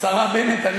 השרה בנט?